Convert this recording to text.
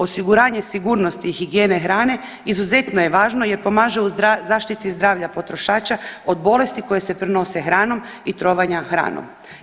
Osiguranje sigurnosti i higijene hrane izuzetno je važno jer pomaže u zaštiti zdravlja potrošača od bolesti koje se prenose hranom i trovanja hranom.